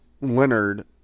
Leonard